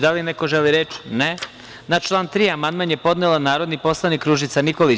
Da li neko želi reč? (Ne.) Na član 3. amandman je podnela narodni poslanik Ružica Nikolić.